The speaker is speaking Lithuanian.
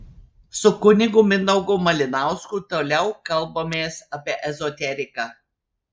su kunigu mindaugu malinausku toliau kalbamės apie ezoteriką